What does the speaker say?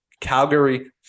Calgary